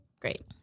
great